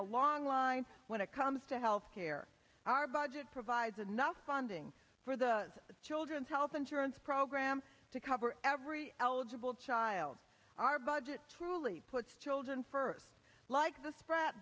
a long line when it comes to health care our budget provides enough funding for the children's health insurance program to cover every eligible child our budget truly puts children first like th